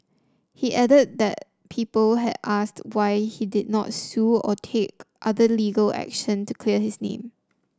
he added that people had asked why he did not sue or take other legal action to clear his name